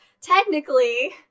technically